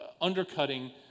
undercutting